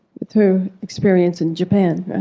with her experience in japan.